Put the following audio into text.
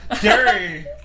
Gary